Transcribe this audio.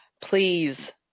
Please